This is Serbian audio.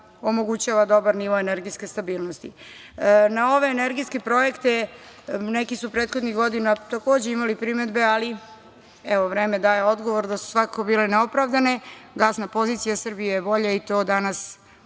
omogućava dobar nivo energetske stabilnosti. Na ove energetske projekte neki su prethodnih godina takođe imali primedbe, ali evo vreme daje odgovor da su svakako bile neopravdane. Gasna pozicija Srbije je bolja i to danas